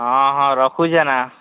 ହଁ ହଁ ରଖୁଛି ଭାଇନା